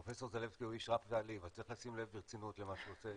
פרופ' זלפסקי הוא איש רב פעלים אז צריך לשים לב ברצינות למה שהוא עושה.